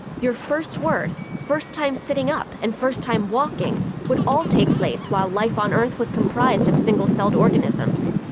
your first word, first time sitting up, and first time walking would all take place while life on earth was comprised of single-celled organisms.